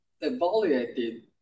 evaluated